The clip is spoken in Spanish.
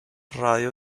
radio